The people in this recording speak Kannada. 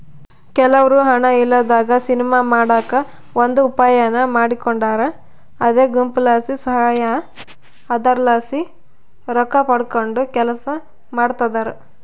ಕೆಲವ್ರು ಹಣ ಇಲ್ಲದಂಗ ಸಿನಿಮಾ ಮಾಡಕ ಒಂದು ಉಪಾಯಾನ ಮಾಡಿಕೊಂಡಾರ ಅದೇ ಗುಂಪುಲಾಸಿ ಧನಸಹಾಯ, ಅದರಲಾಸಿ ರೊಕ್ಕಪಡಕಂಡು ಕೆಲಸ ಮಾಡ್ತದರ